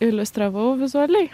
iliustravau vizualiai